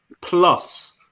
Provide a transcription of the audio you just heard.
plus